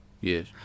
Yes